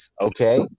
Okay